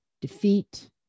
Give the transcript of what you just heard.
defeat